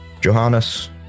Johannes